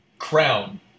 Crown